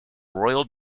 royal